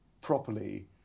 properly